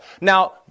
Now